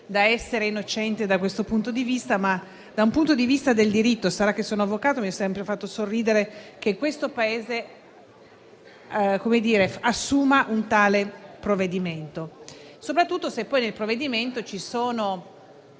nessuno innocente da questo punto di vista. Ma dal punto di vista del diritto - sarà che sono avvocato - mi ha sempre fatto sorridere che questo Paese assuma un tale provvedimento, soprattutto se poi nel provvedimento ci sono